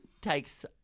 takes